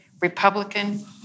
Republican